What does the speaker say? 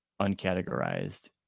uncategorized